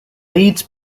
leads